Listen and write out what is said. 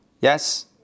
Yes